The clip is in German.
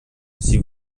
sie